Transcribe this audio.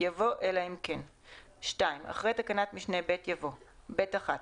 יבוא "אלא אם כן"; (2) אחרי תקנת משנה (ב) יבוא: "(ב1)